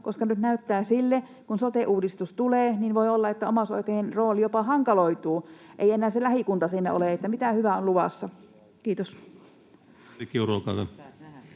luvassa? Nyt näyttää sille, että kun sote-uudistus tulee, niin voi olla, että omaishoitajien rooli jopa hankaloituu, kun ei enää se lähikunta siinä ole. Niin että mitä hyvää on luvassa? — Kiitos.